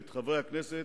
את חברי הכנסת,